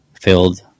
filled